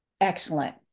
excellent